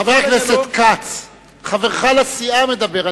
חבר הכנסת יעקב כץ, חברך לסיעה מדבר.